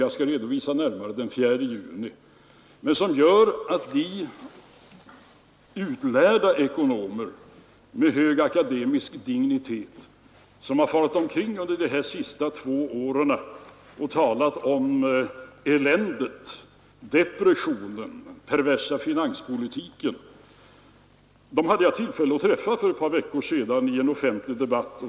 Jag skall närmare redovisa min syn på situationen i den ekonomiska debatt vi får den 4 juni. Jag inskränker mig för dagen till att konstatera att lärda ekonomer med hög akademisk dignitet under de två senaste åren farit omkring i landet och talat om ”det ekonomiska eländet”, ”depressionen”, ”den perversa finanspolitiken”. Jag hade tillfälle att för ett par veckor sedan träffa dessa ekonomer i en offentlig debatt.